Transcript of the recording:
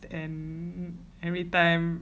and everytime